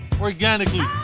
organically